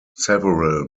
several